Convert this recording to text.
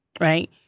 right